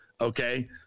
okay